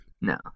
No